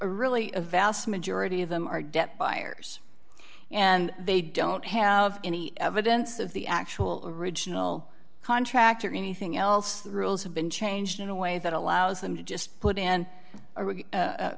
really a vast majority of them are debt buyers and they don't have any evidence of the actual original contract or anything else the rules have been changed in a way that allows them to just put in a